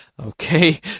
Okay